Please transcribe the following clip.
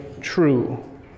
true